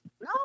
no